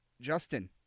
Justin